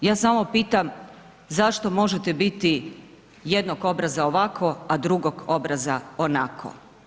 Ja samo pitam, zašto možete biti jednog obraza ovako, a drugog obraza onako?